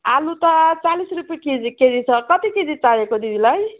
आलु त चालिस रुपियाँ केजी केजी छ कति केजी चाहिएको दिदीलाई